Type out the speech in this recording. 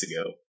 ago